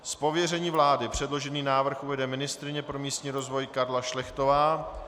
Z pověření vlády předložený návrh uvede ministryně pro místní rozvoj Karla Šlechtová.